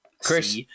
Chris